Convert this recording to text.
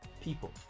people